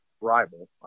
rival